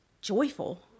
joyful